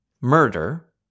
Murder